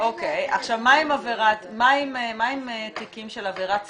מה עם תיקים של עבירת סימום?